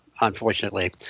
unfortunately